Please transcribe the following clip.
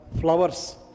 flowers